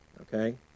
okay